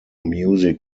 music